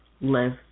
live